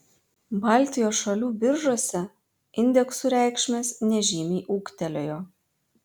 baltijos šalių biržose indeksų reikšmės nežymiai ūgtelėjo